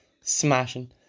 smashing